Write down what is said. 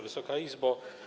Wysoka Izbo!